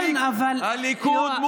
כן, אבל יואב,